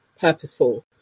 purposeful